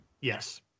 Yes